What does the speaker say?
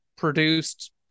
Produced